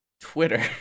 Twitter